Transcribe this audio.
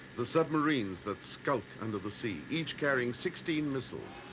the submarines that skulk under the sea, each carrying sixteen missiles.